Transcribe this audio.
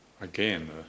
Again